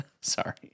Sorry